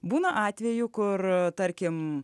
būna atvejų kur tarkim